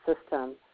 system